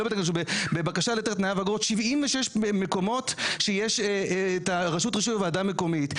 בבקשה להיתר התניה ואגרות 76 מקומות שיש את הרשות רישוי ועדה מקומית,